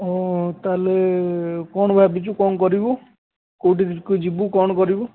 ତା'ହେଲେ କ'ଣ ଭାବିଛୁ କ'ଣ କରିବୁ କେଉଁଠିକୁ ଯିବୁ କ'ଣ କରିବୁ